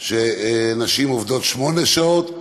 שבהם נשים עובדות שמונה שעות,